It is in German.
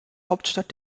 hauptstadt